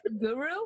Guru